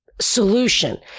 solution